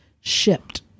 shipped